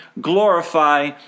glorify